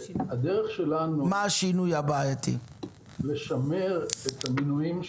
שהדרך שלנו לשמר את המנויים